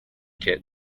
kit